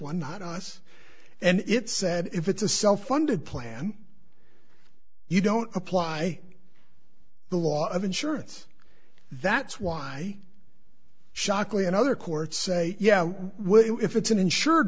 one not us and it said if it's a self funded plan you don't apply the law of insurance that's why shockley and other courts say yeah if it's an insur